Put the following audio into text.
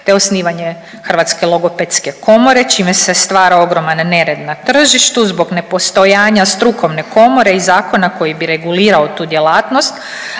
te osnivanje Hrvatske logopedske komore čime se stvara ogroman nered na tržištu zbog nepostojanja strukovne komore i zakona koji bi regulirao tu djelatnost,